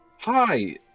Hi